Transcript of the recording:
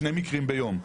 שני מקרים ביום.